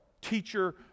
teacher